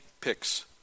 picks